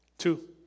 Two